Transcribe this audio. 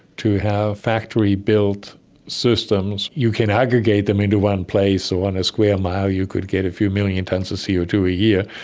to have factory built systems, you can aggregate them into one place or on a square mile you could get a few million tonnes of c o two a year.